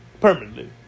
permanently